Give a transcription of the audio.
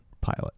pilot